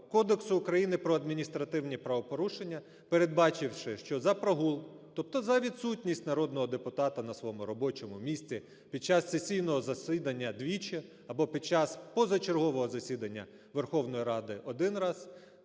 Кодексу України про адміністративні правопорушення, передбачивши, що за прогул, тобто за відсутність народного депутата на своєму засіданні двічі або під час позачергового засідання Верховної Ради один раз,